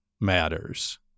matters